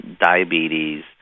diabetes